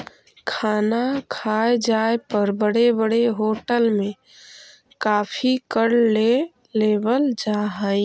खाना खाए जाए पर बड़े बड़े होटल में काफी कर ले लेवल जा हइ